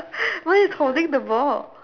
mine is holding the ball